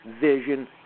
vision